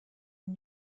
این